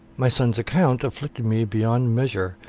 my son's account afflicted me beyond measure.